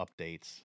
updates